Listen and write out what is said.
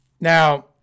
Now